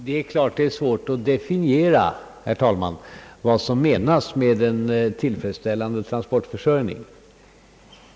Herr talman! Det är klart att det är svårt att definiera vad som menas med en tillfredsställande transportförsörjning.